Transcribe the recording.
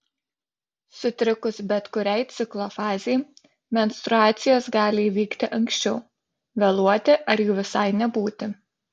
sutrikus bet kuriai ciklo fazei menstruacijos gali įvykti anksčiau vėluoti ar jų visai nebūti